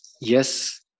yes